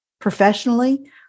Professionally